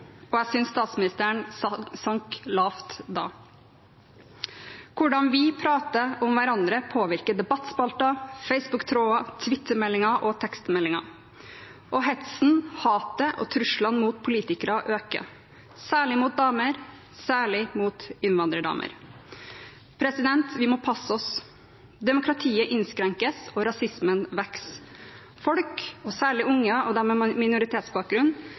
og jeg synes statsministeren sank lavt da. Hvordan vi prater om hverandre, påvirker debattspalter, Facebook-tråder, Twitter-meldinger og tekstmeldinger. Og hetsen, hatet og truslene mot politikere øker – særlig mot damer, særlig mot innvandrerdamer. Vi må passe oss. Demokratiet innskrenkes, og rasismen vokser. Folk, særlig unge og de med minoritetsbakgrunn,